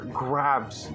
grabs